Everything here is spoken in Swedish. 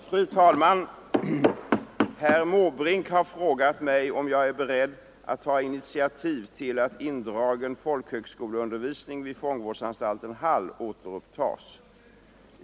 Fru talman! Herr Måbrink har frågat mig om jag är beredd att ta initiativ till att indragen folkhögskolundervisning vid fångvårdsanstalten Hall återupptas.